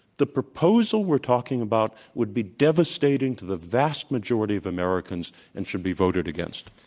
the proposal we're talking about would be devastating to the vast majority of americans and should be voted against.